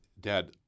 dad